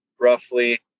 roughly